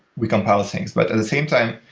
we compile things. but at the same time,